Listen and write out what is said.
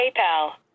PayPal